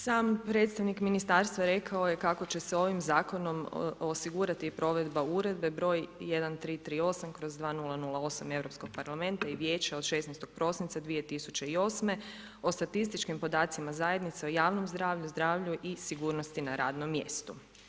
Sam predstavnik ministarstva rekao je kako će se ovim zakonom osigurati provedba Uredbe br. 1338/2008 Europskog parlamenta i Vijeća od 16. prosinca 2008. o statističkim podacima zajednice o javnom zdravlju, zdravlju i sigurnosti na radnom mjestu.